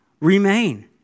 remain